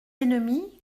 ennemis